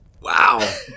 wow